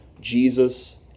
Jesus